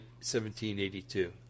1782